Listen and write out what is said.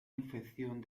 infección